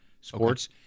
sports